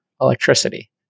electricity